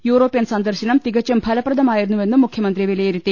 European സന്ദർശനം തികച്ചും ഫലപ്ര ദമായിരുന്നുവെന്നും മുഖ്യമന്ത്രി വിലയിരുത്തി